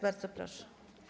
Bardzo proszę.